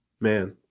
man